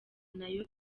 nayo